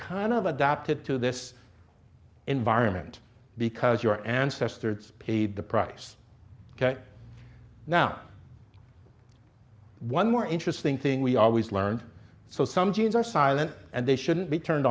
kind of adapted to this environment because your ancestors paid the price now one more interesting thing we always learned so some genes are silent and they shouldn't be turned